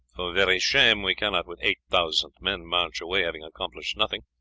very shame we cannot with eight thousand men march away having accomplished nothing.